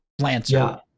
Lancer